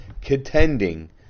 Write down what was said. contending